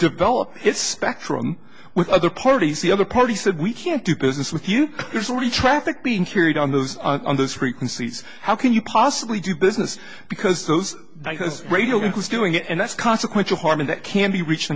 develop its spectrum with other parties the other party said we can't do business with you there's already traffic being carried on those on this week and sees how can you possibly do business because those radio who's doing it and that's consequential harm that can be reached